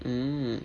mm